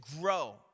grow